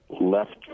left